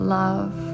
love